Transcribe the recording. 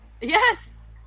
yes